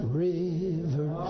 river